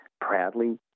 proudly